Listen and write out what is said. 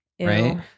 right